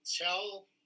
tell